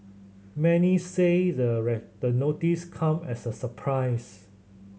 many say the the notice come as a surprise